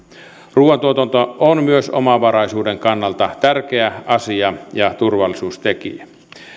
ruuantuotanto on myös omavaraisuuden kannalta tärkeä asia ja turvallisuustekijä